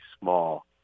small